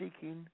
seeking